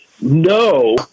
No